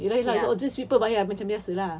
ah ye lah ye lah all these people bayar macam biasa lah